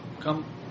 come